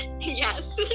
yes